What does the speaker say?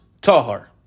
tahar